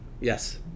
yes